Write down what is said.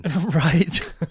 Right